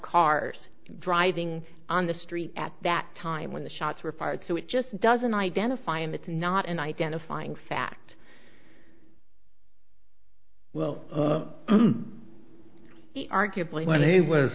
cars driving on the street at that time when the shots were fired so it just doesn't identify him it's not an identifying fact well arguably when he was